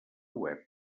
web